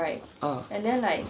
ah